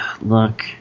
Look